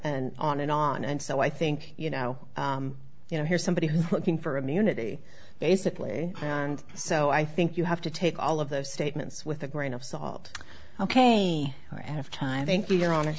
and on and on and so i think you know you know here's somebody who's looking for immunity basically and so i think you have to take all of those statements with a grain of salt ok me out of time thank you your hon